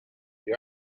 the